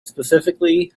specifically